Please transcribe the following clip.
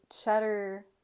cheddar